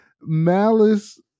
malice